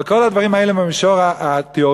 אבל כל הדברים האלה במישור התיאורטי,